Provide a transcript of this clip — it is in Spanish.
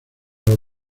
los